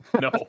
no